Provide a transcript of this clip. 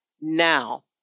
now